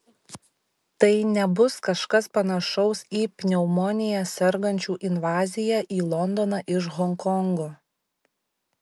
tai nebus kažkas panašaus į pneumonija sergančių invaziją į londoną iš honkongo